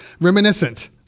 reminiscent